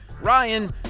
Ryan